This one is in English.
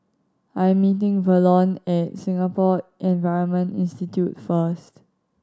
I am meeting Verlon at Singapore Environment Institute first